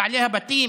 בעלי הבתים,